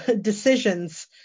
decisions